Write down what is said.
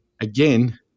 Again